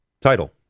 Title